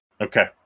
okay